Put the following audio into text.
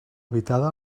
habitada